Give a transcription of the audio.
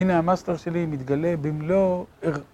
הנה המאסטר שלי מתגלה במלוא...